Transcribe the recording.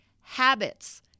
Habits